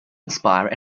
inspire